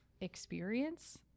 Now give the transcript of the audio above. experience